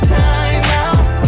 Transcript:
timeout